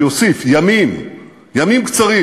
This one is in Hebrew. אני אוסיף: ימים, ימים קצרים,